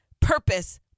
Purpose